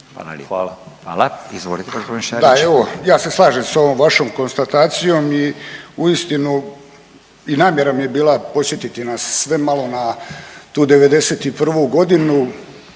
Šarić. **Šarić, Josip (HDZ)** Da evo, ja se slažem sa ovom vašom konstatacijom i uistinu i namjera mi je bila podsjetiti nas sve malo na tu 91. godinu